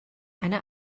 eine